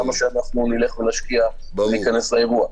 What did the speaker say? למה שנלך ונשקיע וניכנס לאירוע?